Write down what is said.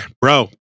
bro